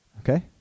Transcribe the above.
Okay